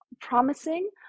promising